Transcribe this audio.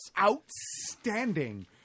outstanding